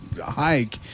Hike